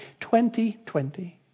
2020